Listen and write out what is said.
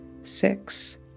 six